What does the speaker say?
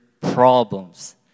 problems